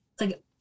like-